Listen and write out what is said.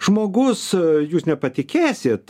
žmogus jūs nepatikėsit